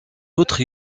outre